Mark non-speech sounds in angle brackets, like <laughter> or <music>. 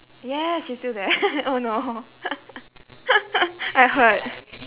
ya she's still there <laughs> oh no I heard